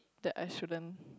that I shouldn't